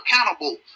accountable